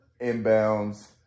inbounds